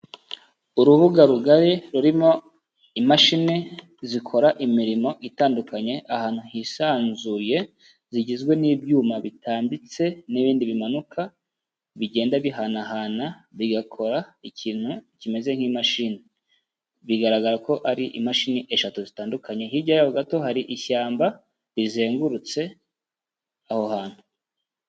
Urubuga rugari rurimo imashini zikora imirimo itandukanye ahantu hisanzuye, zigizwe n'ibyuma bitambitse n'ibindi bimanuka, bigenda bihanahana bigakora ikintu kimeze nk'imashini, bigaragara ko ari imashini eshatu zitandukanye, hirya yaho gato hari ishyamba rizengurutse aho hantu.